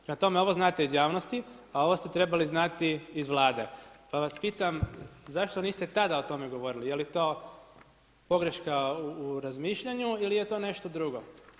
Prema tome ovo znate iz javnosti, a ovo ste trebali znati iz Vlade pa vas pitam zašto niste tada o tome govorili, jeli to pogreška u razmišljanju ili je to nešto drugo?